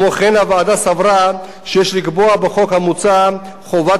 הוועדה סברה שיש לקבוע בחוק המוצע חובת פרסום